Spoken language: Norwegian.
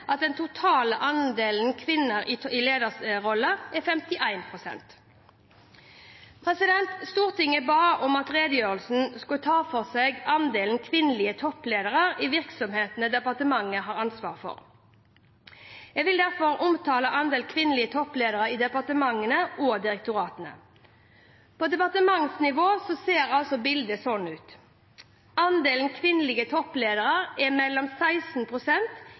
at den totale andelen kvinner i lederroller er 51 pst. Stortinget ba om at redegjørelsen skulle ta for seg andelen kvinnelige toppledere i virksomhetene departementet har ansvaret for. Jeg vil derfor omtale andelen kvinnelige toppledere i departementene og direktoratene. På departementsnivå ser bildet slik ut: Andelen kvinnelige toppledere er mellom